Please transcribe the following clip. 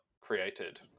created